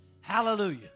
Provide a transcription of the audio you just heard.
Hallelujah